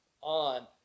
on